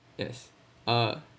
yes uh